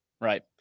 right